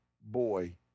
boy